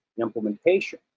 implementation